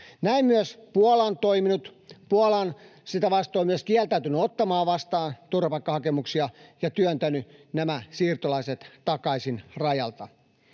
Näin myös Puola on toiminut. Puola on myös kieltäytynyt ottamasta vastaan turvapaikkahakemuksia ja työntänyt nämä siirtolaiset takaisin rajalta.